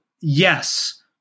yes